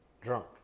Drunk